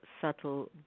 subtle